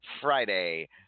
Friday